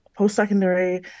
Post-secondary